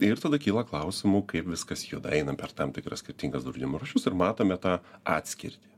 ir tada kyla klausimų kaip viskas juda einam per tam tikras skirtingas draudimo rūšis ir matome tą atskirtį